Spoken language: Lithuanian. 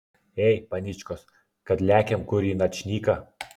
ei paničkos kad lekiam kur į načnyką